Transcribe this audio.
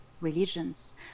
religions